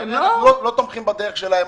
אנחנו לא תומכים בדרך שלהם,